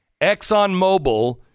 ExxonMobil